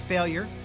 Failure